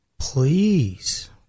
please